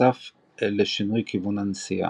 בנוסף לשינוי כיוון הנסיעה.